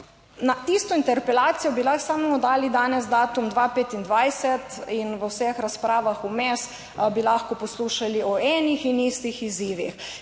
isto interpelacijo bi lahko samo dali danes datum 2025 in v vseh razpravah vmes bi lahko poslušali o enih in istih izzivih.